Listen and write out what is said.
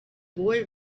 boy